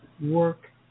work